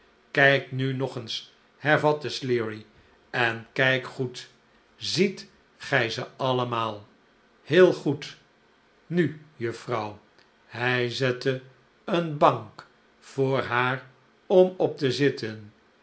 kijk nu nog eens hervatte sleary en kijk goed ziet gi ze allemaal heel goed nu juffrouw hij zette een bank voor haar om op te zitten